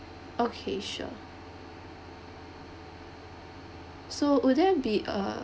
okay sure so would there be a